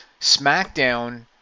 SmackDown